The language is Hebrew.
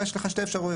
יש לך שתי אפשרויות.